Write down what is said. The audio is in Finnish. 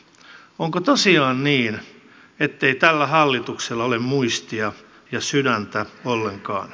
onko tosiaan niin ettei tällä hallituksella ole muistia ja sydäntä ollenkaan